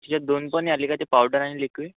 त्याच्यात दोन पण आली का ते पावडर आणि लिक्विड